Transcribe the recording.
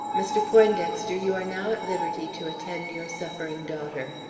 mr. poindexter, you are now at liberty to attend your suffering daughter.